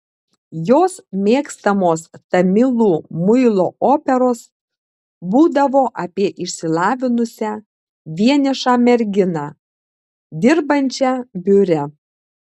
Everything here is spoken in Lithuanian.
jos mėgstamos tamilų muilo operos būdavo apie išsilavinusią vienišą merginą dirbančią biure